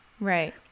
Right